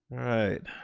right.